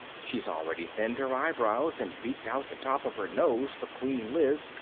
she's already thinned her eyebrows and beaked out the top of her nose for queen liz,